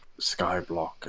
skyblock